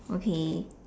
okay